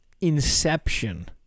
Inception